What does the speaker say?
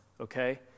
okay